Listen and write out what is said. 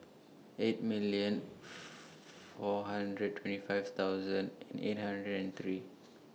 eight million four hundred twenty five thousand eight hundred and three